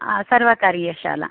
सर्वकार्यशाला